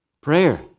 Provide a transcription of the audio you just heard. Prayer